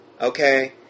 okay